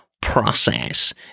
process